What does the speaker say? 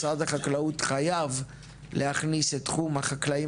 משרד החקלאות חייב להכניס את תחום החקלאים